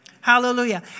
Hallelujah